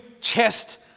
chest